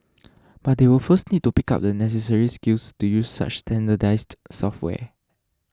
but they will first need to pick up the necessary skills to use such standardized software